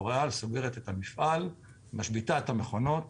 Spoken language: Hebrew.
לוריאל סוגרת את המפעל ומשביתה את המכונות,